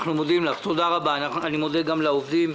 אני מודה לך, אני מודה גם לעובדים.